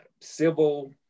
civil